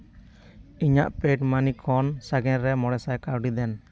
ᱤᱧᱟᱹᱜ ᱯᱮᱰ ᱢᱟᱹᱱᱤ ᱠᱷᱚᱱ ᱥᱟᱜᱮᱱ ᱨᱮ ᱢᱚᱬᱮ ᱥᱟᱭ ᱠᱟᱹᱣᱰᱤ ᱫᱮᱱ